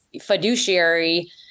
fiduciary